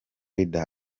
rider